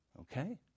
Okay